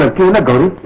ah to the groom.